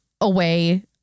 away